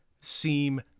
seem